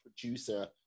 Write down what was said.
producer